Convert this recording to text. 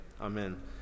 Amen